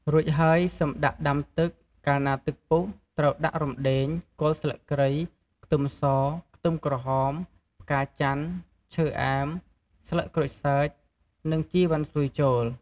រួចហើយសិមដាក់ដាំទឹក កាលណាទឹកពុះត្រូវដាក់រំដេង គល់ស្លឹកគ្រៃ ខ្ទឹមស ខ្ទឹមក្រហម ផ្កាចន្ទន៍ ឈើអែម ស្លឹកក្រូចសើច និង ជីវ៉ាន់ស៊ុយចូល។